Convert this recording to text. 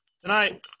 Tonight